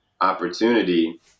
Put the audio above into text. opportunity